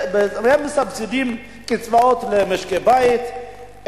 הם מסבסדים קצבאות למשקי-בית,